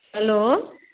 hello